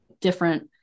different